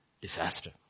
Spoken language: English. disaster